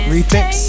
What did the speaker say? Refix